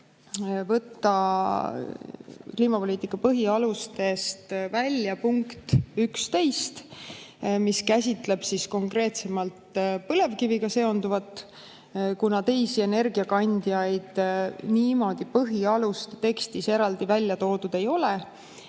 võtta kliimapoliitika põhialustest välja punkt 11, mis käsitleb konkreetselt põlevkiviga seonduvat, kuna teisi energiakandjaid põhialuste tekstis niimoodi eraldi välja toodud ei ole.